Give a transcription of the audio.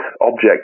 object